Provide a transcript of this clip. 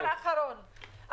אחרון,